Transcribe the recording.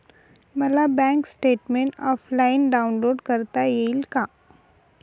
मला bank statement offline download करता येईल का?